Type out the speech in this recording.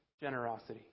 generosity